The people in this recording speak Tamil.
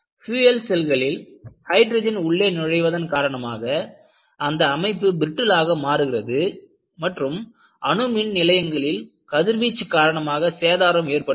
பியூல் செல்களில் ஹைட்ரஜன் உள்ளே நுழைவதன் காரணமாக அந்த அமைப்பு பிரிட்டில் ஆக மாறுகிறது மற்றும் அணுமின் நிலையங்களில் கதிர்வீச்சு காரணமாக சேதாரம் ஏற்படுகிறது